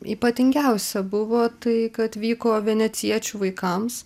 ypatingiausia buvo tai kad vyko venecijiečių vaikams